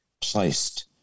placed